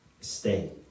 stay